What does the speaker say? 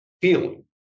feeling